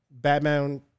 Batman